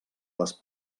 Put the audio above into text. les